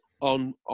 on